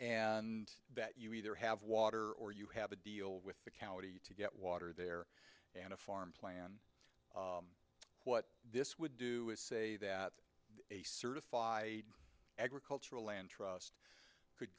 and that you either have water or you have a deal with the county to get water there and a farm plan what this would do is say that a certified agricultural land trust could